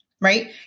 right